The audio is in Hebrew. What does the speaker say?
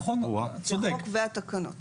נכון, אתה צודק.